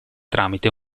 tramite